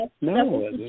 no